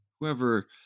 whoever